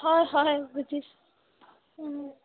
হয় হয় বুজিছোঁ